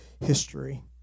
history